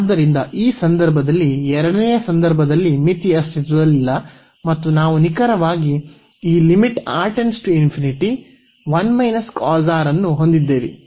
ಆದ್ದರಿಂದ ಈ ಸಂದರ್ಭದಲ್ಲಿ ಎರಡನೆಯ ಸಂದರ್ಭದಲ್ಲಿ ಮಿತಿ ಅಸ್ತಿತ್ವದಲ್ಲಿಲ್ಲ ಮತ್ತು ನಾವು ನಿಖರವಾಗಿ ಈ ಅನ್ನು ಹೊಂದಿದ್ದೇವೆ